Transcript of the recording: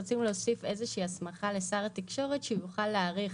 רצינו להוסיף איזושהי הסמכה לשר התקשורת שיוכל להאריך